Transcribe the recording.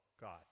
God